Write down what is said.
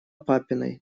папиной